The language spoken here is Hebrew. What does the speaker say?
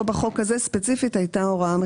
פה בחוק הזה ספציפית הייתה הוראה מחייבת.